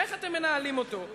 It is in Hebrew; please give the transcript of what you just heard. איך אתם מנהלים אותו?